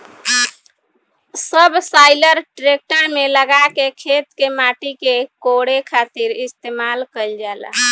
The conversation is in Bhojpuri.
सबसॉइलर ट्रेक्टर में लगा के खेत के माटी के कोड़े खातिर इस्तेमाल कईल जाला